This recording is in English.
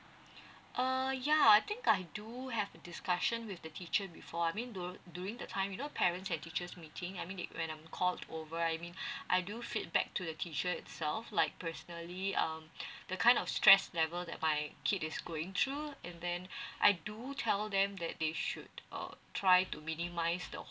uh ya I think I do have a discussion with the teacher before I mean du~ during the time you know parents and teachers meeting I mean it when I'm called over I mean I do feedback to the teacher itself like personally um the kind of stress level that my kid is going through and then I do tell them that they should uh try to minimise the